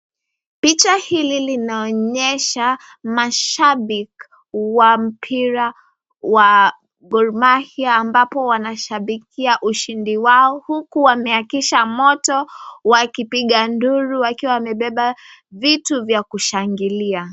Picha hili linaonyesha mashabik wa mbira wa gholmahia ampapo wanashabikia ushindi, wao huku wameyakisha moto wakipiga nduru wakiwa wamebeba vitu vya kushangilia.